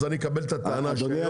אז אני אקבל את הטענה שלך.